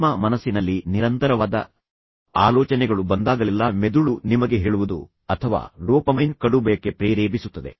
ನಿಮ್ಮ ಮನಸ್ಸಿನಲ್ಲಿ ನಿರಂತರವಾದ ಆಲೋಚನೆಗಳು ಬಂದಾಗಲೆಲ್ಲಾ ಮೆದುಳು ನಿಮಗೆ ಹೇಳುವುದು ಅಥವಾ ಡೋಪಮೈನ್ ಕಡುಬಯಕೆ ಪ್ರೇರೇಪಿಸುತ್ತದೆ